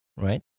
right